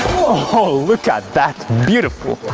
oh look at that! beautiful!